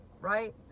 right